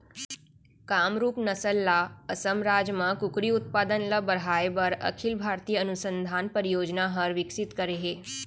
कामरूप नसल ल असम राज म कुकरी उत्पादन ल बढ़ाए बर अखिल भारतीय अनुसंधान परियोजना हर विकसित करे हे